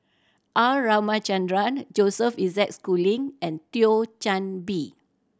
R Ramachandran Joseph Isaac Schooling and Thio Chan Bee